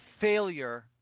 failure